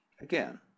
Again